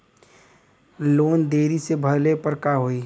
Loan देरी से भरले पर का होई?